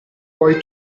poi